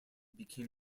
became